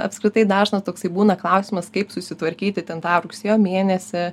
apskritai dažnas toksai būna klausimas kaip susitvarkyti ten tą rugsėjo mėnesį